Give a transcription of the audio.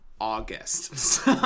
August